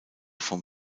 von